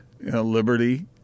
Liberty